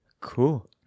Cool